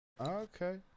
Okay